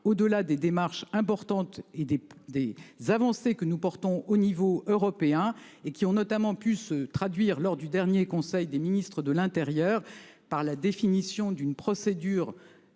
au-delà des démarches importante et des des avancées que nous portons au niveau européen et qui ont notamment pu se traduire lors du dernier conseil des ministres de l'intérieur par la définition d'une procédure